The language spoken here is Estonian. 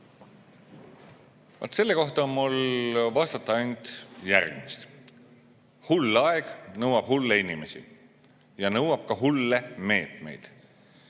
Selle kohta on mul vastata ainult järgmist. Hull aeg nõuab hulle inimesi ja nõuab ka hulle meetmeid.